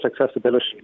accessibility